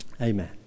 amen